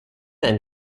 and